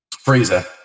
freezer